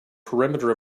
perimeter